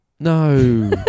No